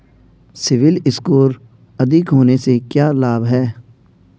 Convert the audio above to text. CIBIL score अधिक होने से क्या लाभ हैं?